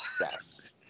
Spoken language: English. Yes